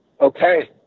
okay